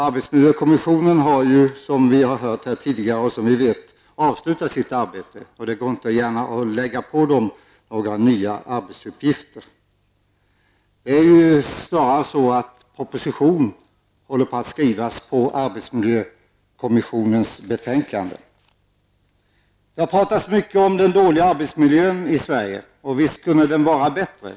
Arbetsmiljökommissionen har, som vi har hört tidigare, avslutat sitt arbete, och det går inte gärna att lägga på den några nya arbetsuppgifter. Det är snarare så att proposition håller på att skrivas på grundval av arbetsmiljökommissionens betänkande. Det har pratats mycket om den dåliga arbetsmiljön i Sverige, och visst kunde den vara bättre.